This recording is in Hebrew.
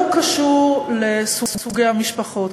זה לא קשור לסוגי המשפחות,